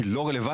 היא לא רלוונטית.